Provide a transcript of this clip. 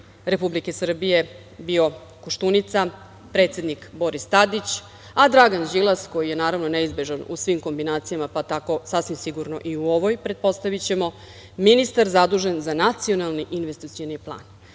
Republike Srbije bio Koštunica, predsednik Boris Tadić, a Dragan Đilas, koji je neizbežan u svim kombinacijama, pa tako sasvim sigurno i u ovoj, pretpostavićemo, ministar zadužen za Nacionalni investicioni